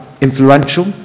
influential